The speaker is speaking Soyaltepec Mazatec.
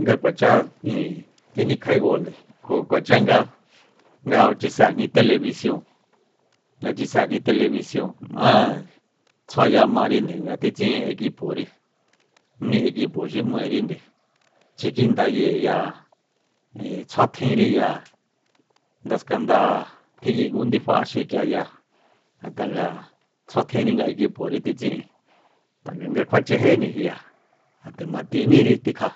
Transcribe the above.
Nga kuachá tjinikjae golnde kjo kucha nga chaséjni telebision nga chaséjni telebision maádre tsjuaya marinde nga tjitsi'in ekipori mí ekipo xi m'aeri nde chikjindayeya tsjuatjinriya nga skanda tjin'yí ngu ndifa axi k'iaya ngat'a nga tjua tjinri nga ekipori tji tsi'in tanga nga kjuachejéni ja nde matíníri tikja